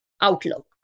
outlook